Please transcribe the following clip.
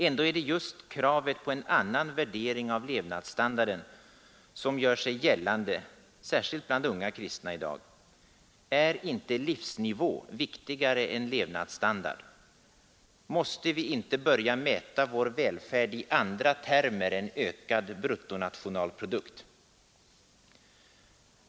Ändå är det just kravet på en annan värdering av levnadsstandarden som gör sig gällande särskilt bland unga kristna i dag. Är inte livsnivå viktigare än levnadsstandard, och måste vi inte börja mäta vår välfärd i andra termer än ökad bruttonationalprodukt?